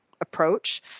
approach